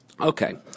Okay